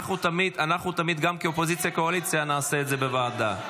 תמיד, גם כאופוזיציה-קואליציה, נעשה את זה כוועדה.